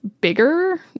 bigger